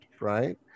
right